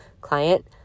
client